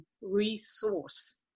resource